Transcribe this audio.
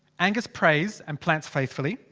angus prays and plants faithfully.